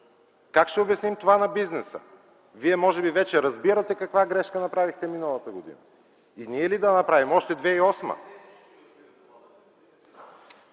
Как ще обясним това на бизнеса? Вие може би вече разбирате каква грешка направихте миналата година. И ние ли да я направим, още 2008